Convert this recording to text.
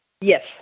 yes